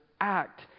act